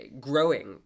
growing